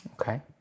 Okay